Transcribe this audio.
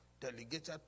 delegated